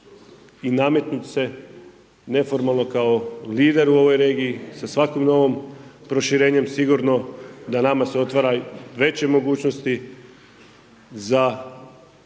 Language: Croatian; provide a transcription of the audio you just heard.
i nametnuti se neformalno kao lider u ovoj regiji, sa svakim novim proširenjem, sigurno da nama se otvara veće mogućnosti za